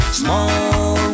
small